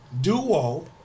duo